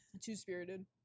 Two-spirited